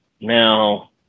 now